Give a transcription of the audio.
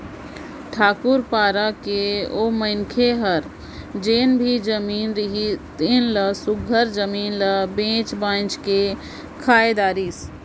ठाकुर पारा कर ओ मनखे हर जेन भी जमीन रिहिस तेन ल सुग्घर जमीन ल बेंच बाएंच के खाए धारिस